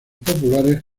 populares